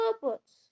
purpose